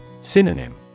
Synonym